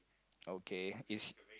okay is